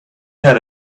had